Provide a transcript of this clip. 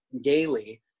daily